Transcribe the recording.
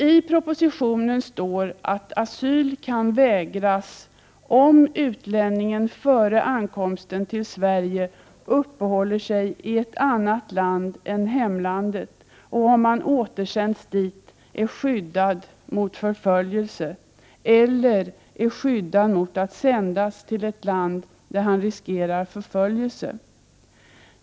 I propositionen står det att asyl kan vägras om utlänningen före ankomsten till Sverige uppehåller sig i ett annat land än hemlandet och om han för den händelse att han återsänds dit är skyddad mot förföljelse eller är skyddad mot att sändas till ett land där han riskerar förföljelse.